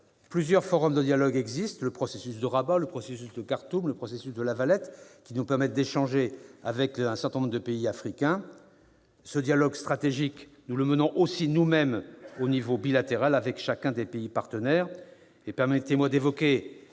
plusieurs forums de dialogue existent : les processus de Rabat, de Khartoum et de La Valette nous permettent d'échanger avec un certain nombre de pays africains. Ce dialogue stratégique, nous le menons aussi nous-mêmes, à l'échelle bilatérale, avec chacun des pays partenaires.